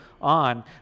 on